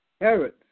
Herod